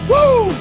Woo